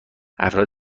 افراد